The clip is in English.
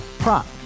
Prop